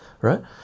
right